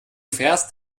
fährst